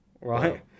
Right